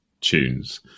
tunes